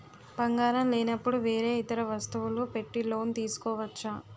బంగారం లేనపుడు వేరే ఇతర వస్తువులు పెట్టి లోన్ తీసుకోవచ్చా?